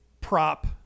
prop